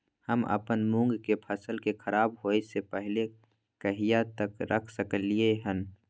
हम अपन मूंग के फसल के खराब होय स पहिले कहिया तक रख सकलिए हन?